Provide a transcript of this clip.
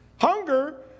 Hunger